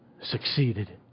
succeeded